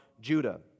Judah